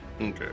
okay